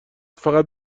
فقط